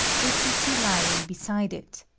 which you see ly ing beside it.